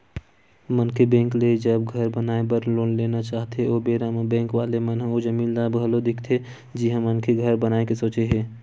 मनखे बेंक ले जब घर बनाए बर लोन लेना चाहथे ओ बेरा म बेंक वाले मन ओ जमीन ल घलो देखथे जिहाँ मनखे घर बनाए के सोचे हे